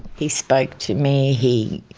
he spoke to me, he